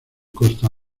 costa